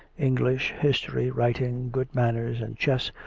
english, history, writing, good man ners and chess,